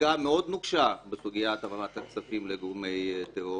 חקיקה מאוד נוקשה בסוגית העברת הכספים לגורמי טרור,